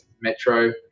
Metro